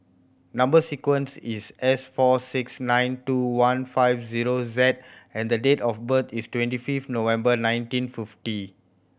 number sequence is S four six nine two one five zero Z and the date of birth is twenty fifth November nineteen fifty